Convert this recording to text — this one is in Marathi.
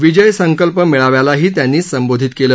विजय संकल्प मेळाव्यालाही त्यांनी संबोधित केलं